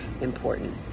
important